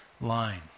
line